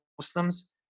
Muslims